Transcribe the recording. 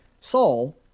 Saul